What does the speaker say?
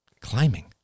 climbing